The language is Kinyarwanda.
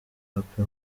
happy